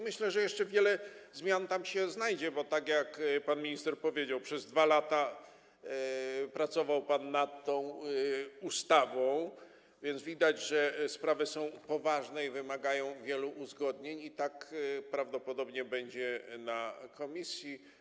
Myślę, że jeszcze wiele zmian tam się znajdzie, bo tak jak pan minister powiedział, przez 2 lata pracował pan nad tą ustawą, więc widać, że sprawy są poważne i wymagają wielu uzgodnień, i tak prawdopodobnie będzie w komisji.